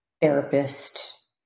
therapist